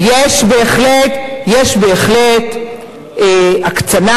וישבתי כבר עם ראשי המחלקה הערבית -- 3% ממשרדך.